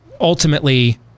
ultimately